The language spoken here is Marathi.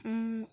हं